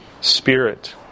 Spirit